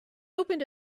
opened